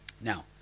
Now